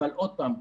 אבל עוד פעם,